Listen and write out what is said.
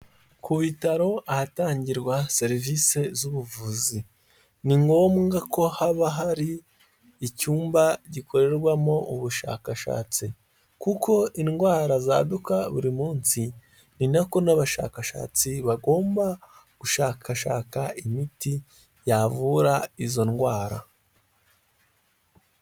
Ku bitaro ahatangirwa serivise z'ubuvuzi, ni ngombwa ko haba hari icyumba gikorerwamo ubushakashatsi, kuko indwara zaduka buri munsi ni nako n'abashakashatsi bagomba gushakashaka imiti yavura izo ndwara.